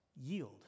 yield